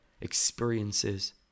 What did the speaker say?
Experiences